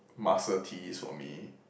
muscle tees for me